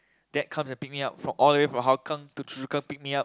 dad comes and pick me up all the way from Hougang to Choa Chu Kang pick me up